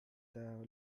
the